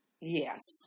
Yes